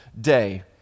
day